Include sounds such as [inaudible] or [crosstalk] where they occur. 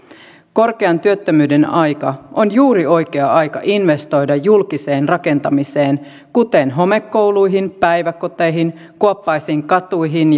korkean työttömyyden aika on juuri oikea aika investoida julkiseen rakentamiseen kuten homekouluihin päiväkoteihin kuoppaisiin katuihin [unintelligible]